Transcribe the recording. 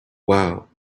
wow